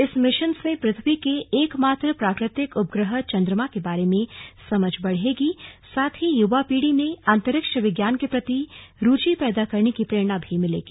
इस मिशन से पृथ्वी के एकमात्र प्राकृतिक उपग्रह चंद्रमा के बारे में समझ बढ़ेगी साथ ही युवा पीढ़ी में अंतरिक्ष विज्ञान के प्रति रूचि पैदा करने की प्रेरणा भी मिलेगी